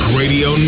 radio